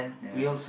ya